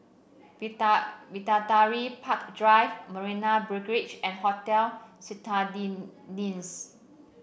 Bidadari Park Drive Marina Barrage and Hotel